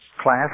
class